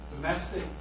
Domestic